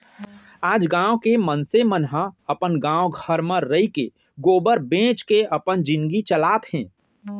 आज गॉँव के मनसे मन ह अपने गॉव घर म रइके गोबर बेंच के अपन जिनगी चलात हें